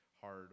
hard